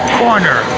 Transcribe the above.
corner